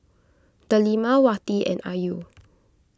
Delima Wati and Ayu